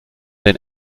den